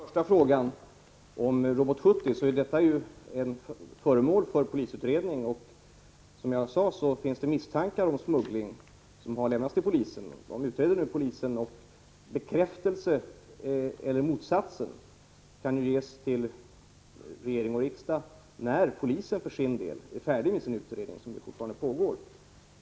Herr talman! När det gäller den första frågan om Robot 70 är detta föremål för polisutredning. Som jag sade finns det misstankar om smuggling som har lämnats till polisen, och dessa utreds nu av polisen. Bekräftelse eller motsatsen kan ges till regering och riksdag när polisen för sin del är färdig med sin utredning, som fortfarande pågår.